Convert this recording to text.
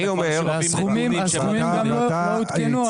אתה